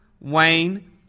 Wayne